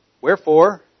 Wherefore